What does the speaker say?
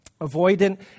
avoidant